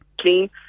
clean